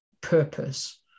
purpose